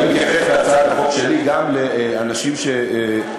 אני מתייחס בהצעת החוק שלי גם לאנשים שאני,